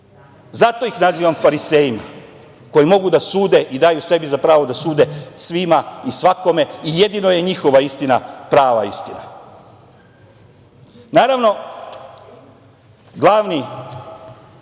Zato ih nazivam farisejima koji mogu da sude i daju sebi za pravo da sude svima i svakome i jedino je njihova istina prava